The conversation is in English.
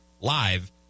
live